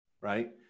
right